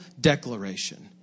declaration